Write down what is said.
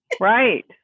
Right